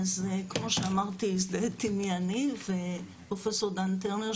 אני ד"ר תמי קרני,